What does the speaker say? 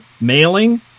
mailing